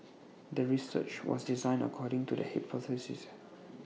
the research was designed according to the hypothesis